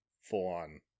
full-on